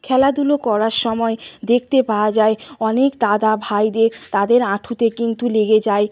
খেলাধুলো করার সময় দেখতে পাওয়া যায় অনেক দাদা ভাইদের তাদের হাঁটুতে কিন্তু লেগে যায়